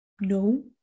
No